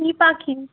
কী পাখি